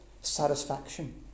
satisfaction